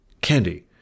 candy